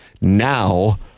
now